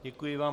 Děkuji vám.